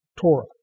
Torah